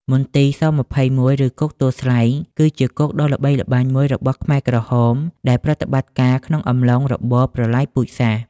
មន្ទីរ ស-២១ ឬគុកទួលស្លែង គឺជាគុកដ៏ល្បីល្បាញមួយរបស់ខ្មែរក្រហមដែលប្រតិបត្តិការក្នុងអំឡុងរបបប្រល័យពូជសាសន៍។